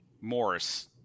Morris